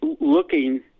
looking